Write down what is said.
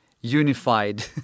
unified